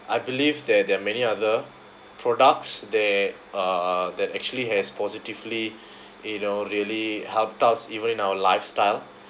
I believe that there are many other products that uh that actually has positively you know really helped us even in our lifestyle